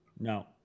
No